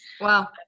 Wow